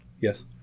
Yes